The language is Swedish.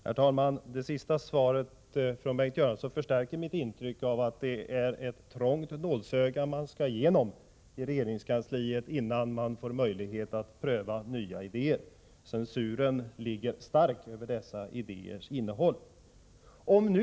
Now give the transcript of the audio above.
Herr talman! Det Bengt Göransson sade sist förstärker mitt intryck av att det är ett trångt nålsöga som regeringskansliet skall komma igenom innan man får möjlighet att pröva nya idéer. Censuren över dessa idéers innehåll är stark.